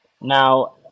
Now